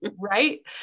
Right